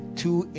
two